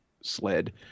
sled